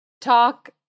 talk